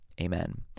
Amen